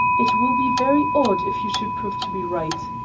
it will be very odd if you should prove to be right,